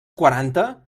quaranta